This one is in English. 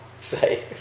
say